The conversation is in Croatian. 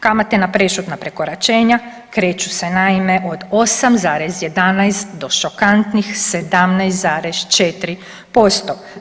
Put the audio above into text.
Kamate na prešutna prekoračenja kreću se naime od 8,11 do šokantnih 17,4%